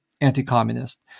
anti-communist